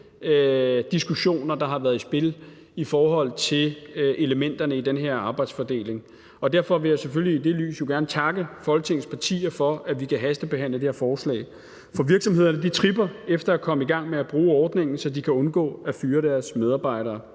diskussioner, der har været i spil, i forhold til elementerne i den her arbejdsfordeling. Derfor vil jeg selvfølgelig i det lys jo gerne takke Folketingets partier for, at vi kan hastebehandle de her forslag. For virksomhederne tripper efter at komme i gang med at bruge ordningen, så de kan undgå at fyre deres medarbejdere.